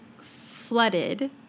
flooded